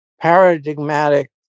paradigmatic